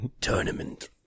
Tournament